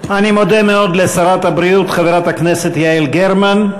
אני מודה מאוד לשרת הבריאות חברת הכנסת יעל גרמן,